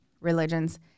religions